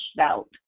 out